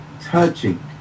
Touching